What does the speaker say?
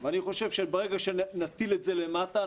אני חושב שברגע שנטיל את זה למטה,